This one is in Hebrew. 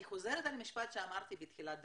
אני חוזרת על המשפט שאמרתי בתחילת דבריי,